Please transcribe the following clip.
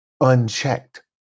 unchecked